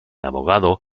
abogado